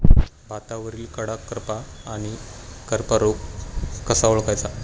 भातावरील कडा करपा आणि करपा रोग कसा ओळखायचा?